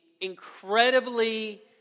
incredibly